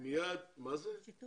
מיד נשמע